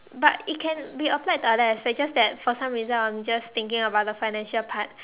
but it can be applied to other aspect just that for some reason I am just thinking about the financial part